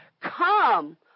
come